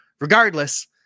regardless